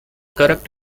correct